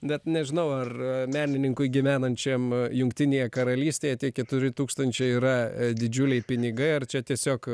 bet nežinau ar menininkui gyvenančiam jungtinėje karalystėje keturi tūkstančiai yra didžiuliai pinigai ar čia tiesiog